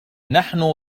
نحن